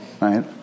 Right